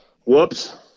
whoops